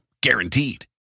Guaranteed